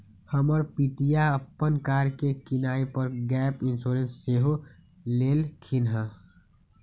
हमर पितिया अप्पन कार के किनाइ पर गैप इंश्योरेंस सेहो लेलखिन्ह्